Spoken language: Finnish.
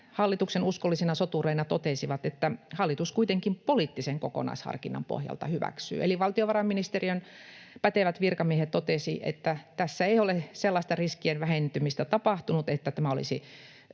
hallituksen uskollisina sotureina totesivat, että hallitus kuitenkin poliittisen kokonaisharkinnan pohjalta hyväksyy. Eli valtiovarainministeriön pätevät virkamiehet totesivat, että tässä ei ole sellaista riskien vähentymistä tapahtunut, että tämä olisi